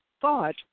thought